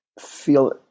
feel